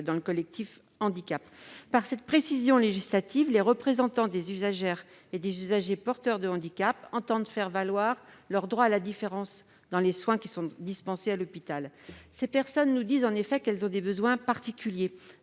au collectif Handicaps. Par cette précision législative, les représentants des usagères et des usagers porteurs de handicaps entendent faire valoir leur droit à la différence dans les soins qui sont dispensés à l'hôpital. Ces personnes nous disent en effet qu'elles ont des besoins particuliers